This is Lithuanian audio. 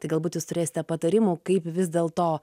tai galbūt jūs turėsite patarimų kaip vis dėl to